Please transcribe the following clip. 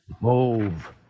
Move